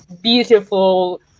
beautiful